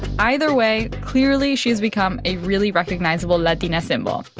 either way, clearly she's become a really recognizable latina symbol.